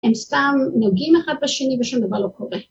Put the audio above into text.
‫הם סתם נוגעים אחד בשני ‫ושום דבר לא קורה.